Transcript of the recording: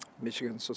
Michigan